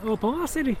o pavasarį